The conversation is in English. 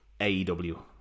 AEW